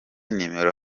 nimero